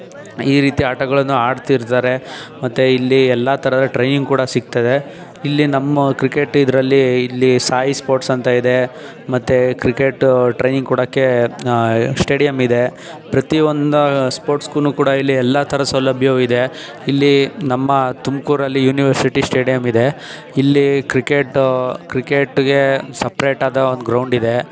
ಈ ರೀತಿ ಆಟಗಳನ್ನು ಆಡ್ತಿರ್ತಾರೆ ಮತ್ತು ಇಲ್ಲಿ ಎಲ್ಲ ಥರದ ಟ್ರೈನಿಂಗ್ ಕೂಡ ಸಿಗ್ತದೆ ಇಲ್ಲಿ ನಮ್ಮ ಕ್ರಿಕೆಟಿದರಲ್ಲಿ ಇಲ್ಲಿ ಸಾಯಿ ಸ್ಪೋರ್ಟ್ಸ್ ಅಂತ ಇದೆ ಮತ್ತು ಕ್ರಿಕೆಟ್ ಟ್ರೈನಿಂಗ್ ಕೊಡೋಕ್ಕೆ ಸ್ಟೇಡಿಯಂ ಇದೆ ಪ್ರತಿ ಒಂದು ಸ್ಪೋರ್ಟ್ಸ್ಗೂ ಕೂಡ ಇಲ್ಲಿ ಎಲ್ಲ ಥರ ಸೌಲಭ್ಯವೂ ಇದೆ ಇಲ್ಲಿ ನಮ್ಮ ತುಮಕೂರಲ್ಲಿ ಯೂನಿವರ್ಸಿಟಿ ಸ್ಟೇಡಿಯಂ ಇದೆ ಇಲ್ಲಿ ಕ್ರಿಕೆಟು ಕ್ರಿಕೆಟ್ಗೆ ಸಪ್ರೇಟಾದ ಒಂದು ಗ್ರೌಂಡಿದೆ